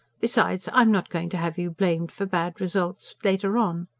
besides, i'm not going to have you blamed for bad results, later on.